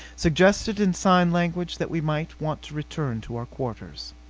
suggested in sign language that we might want to return to our quarters.